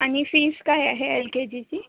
आणि फीस काय आहे एल के जीची